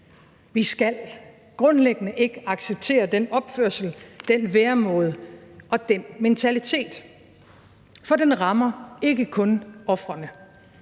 Vi skal grundlæggende ikke acceptere den opførsel, den væremåde og den mentalitet, for den rammer ikke kun ofrene.